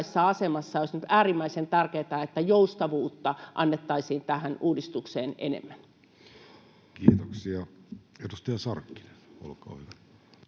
Olisi nyt äärimmäisen tärkeätä, että joustavuutta annettaisiin tähän uudistukseen enemmän. Kiitoksia. — Edustaja Sarkkinen, olkaa hyvä.